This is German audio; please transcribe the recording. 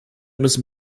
müssen